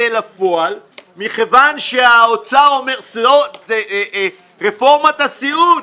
אל הפועל מכיוון שהאוצר אומר זאת רפורמת הסיעוד,